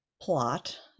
plot